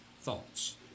thoughts